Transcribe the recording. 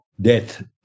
death